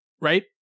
right